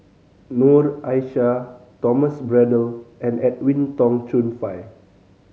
Noor Aishah Thomas Braddell and Edwin Tong Chun Fai